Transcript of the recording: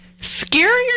scarier